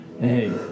Hey